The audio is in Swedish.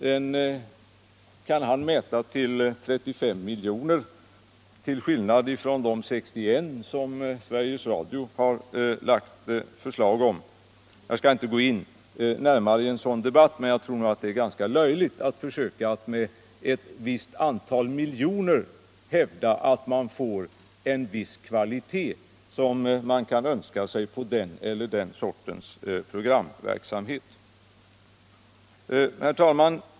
Den kan han mäta till 35 milj.kr., till skillnad från de 61 miljoner som Sveriges Radio har begärt. Jag skall inte gå in närmare i en sådan debatt, men jag tycker att det är ganska löjligt att hävda att man med ett visst antal miljoner får en viss önskvärd kvalitet på clika sorters programverksumhet. Herr talman!